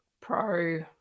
Pro